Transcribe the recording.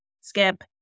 skip